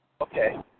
Okay